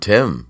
Tim